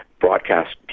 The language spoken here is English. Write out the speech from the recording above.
broadcast